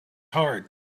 hard